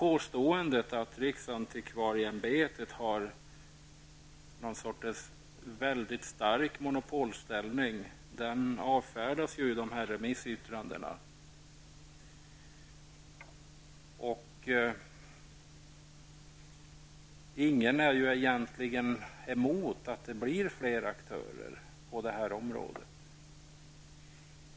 Påståendet att riksantikvarieämbetet har en stark monopolställning avfärdas i remissyttrandena. Ingen är egentligen emot att det blir fler aktörer på området.